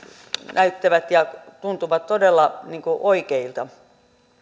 näyttävät ja tuntuvat todella oikeilta